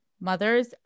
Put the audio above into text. mothers